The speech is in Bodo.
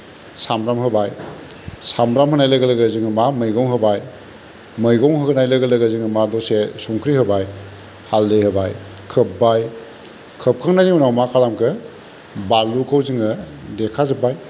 सामब्राम होबाय सामब्राम होनाय लोगो लोगो जोङो मा मैगं होबाय मैगं होनाय लोगो लोगो जोङो मा दसे संख्रि होबाय हाल्दै होबाय खोब्बाय खोबखांनायनि उनाव मा खालामखो बानलुखौ जोङो देखाजोब्बाय